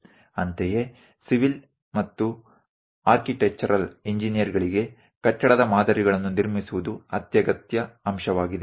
ಅಂತೆಯೇ ಸಿವಿಲ್ ಮತ್ತು ಆರ್ಕಿಟೆಕ್ಚರಲ್ ಇಂಜಿನೀರ್ಗಳಿಗೆ ಕಟ್ಟಡದ ಮಾದರಿಗಳನ್ನು ನಿರ್ಮಿಸುವುದು ಅತ್ಯಗತ್ಯ ಅಂಶವಾಗಿದೆ